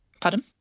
Pardon